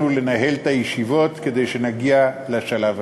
לנהל את הישיבות כדי שנגיע לשלב הזה.